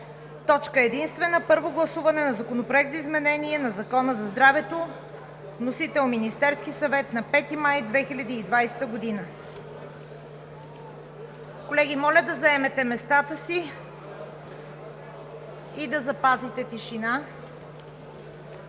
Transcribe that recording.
Точка единствена. Първо гласуване на Законопроекта за изменение на Закона за здравето. Вносител е Министерският съвет на 5 май 2020 г. (Оживление в залата.) Колеги, моля да заемете местата си и да запазите тишина!